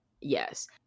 yes